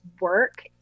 work